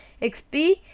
XP